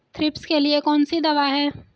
Thrips के लिए कौन सी दवा है?